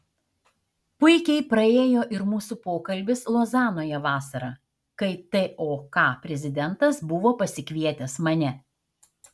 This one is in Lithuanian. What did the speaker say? puikiai praėjo ir mūsų pokalbis lozanoje vasarą kai tok prezidentas buvo pasikvietęs mane